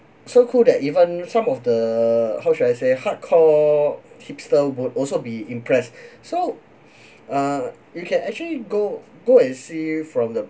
so cool that even some of the how should I say hardcore hipster would also be impressed so uh you can actually go go and see from the